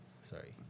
sorry